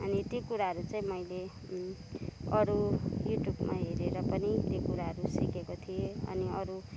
अनि त्यो कुराहरू चाहिँ मैले अरू युट्युबमा हेरेर पनि त्यो कुराहरू सिकेको थिएँ अनि अरू